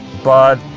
but.